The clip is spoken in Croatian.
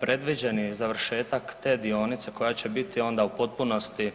Predviđen je i završetak te dionice koja će biti onda u potpunosti